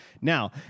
Now